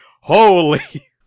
Holy